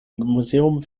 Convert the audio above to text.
museum